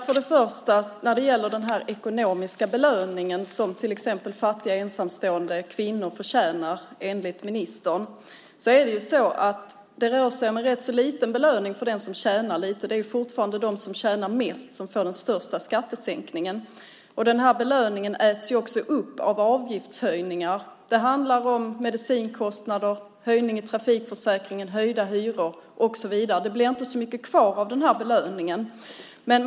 Fru talman! När det gäller den ekonomiska belöning som till exempel fattiga ensamstående kvinnor enligt ministern förtjänar rör det sig ju om en rätt liten belöning för den som tjänar lite. Det är fortfarande de som tjänar mest som får den största skattesänkningen. Den här belöningen äts ju också upp av avgiftshöjningar. Det handlar om medicinkostnader, höjning i trafikförsäkringen, höjda hyror och så vidare. Det blir inte så mycket kvar av den här belöningen.